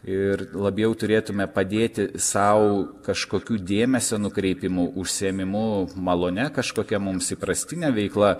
ir labiau turėtume padėti sau kažkokiu dėmesio nukreipimu užsiėmimu malonia kažkokia mums įprastine veikla